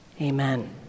amen